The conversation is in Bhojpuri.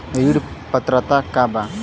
ऋण पात्रता का बा?